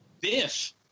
Biff